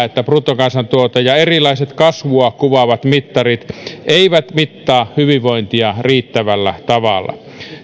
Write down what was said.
että bruttokansantuote ja erilaiset kasvua kuvaavat mittarit eivät mittaa hyvinvointia riittävällä tavalla